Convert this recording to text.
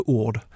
ord